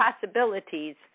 possibilities